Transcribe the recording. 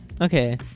okay